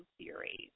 series